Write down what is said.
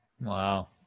Wow